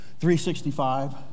365